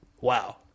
Wow